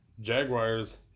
Jaguars